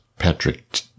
Patrick